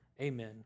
Amen